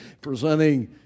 presenting